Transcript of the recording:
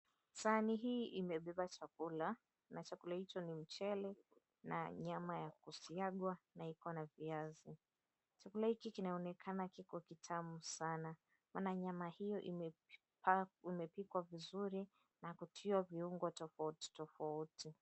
Sahani hii imebeba chakula, na chakula hicho ni mchele na nyama ya kusyagwa, na iko na viazi. Chakula hiki kinaonekana kiko kitamu sana, maana nyama hiyo imepikwa vizuri na kutiwa viungo tofauti tofauti.